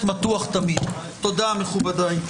מכובדיי.